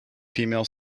female